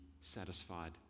satisfied